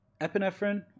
epinephrine